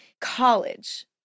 College